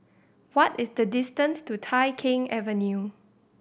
what is the distance to Tai Keng Avenue